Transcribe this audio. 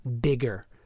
bigger